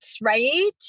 right